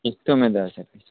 किस्तोमे दइ छथिन